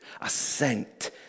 ascent